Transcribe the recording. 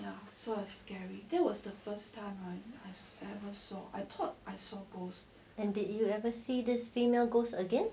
did you ever see this female ghost again